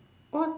what